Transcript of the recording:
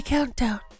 Countdown